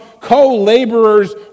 co-laborers